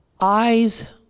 Eyes